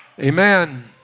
Amen